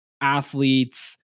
athletes